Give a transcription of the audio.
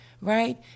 right